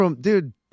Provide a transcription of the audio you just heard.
dude